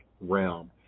realm